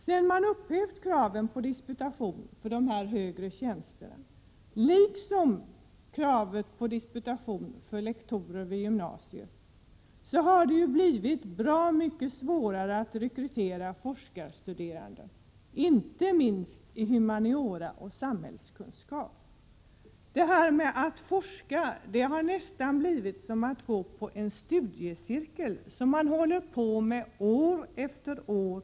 Sedan man upphävt kravet på disputation då det rör sig om dessa högre tjänster, liksom kravet på disputation för lektorer vid gymnasierna, har det blivit bra mycket svårare att rekrytera forskarstuderande, inte minst när det gäller humaniora och samhällskunskap. Att forska har nästan blivit som att delta i en studiecirkel år efter år.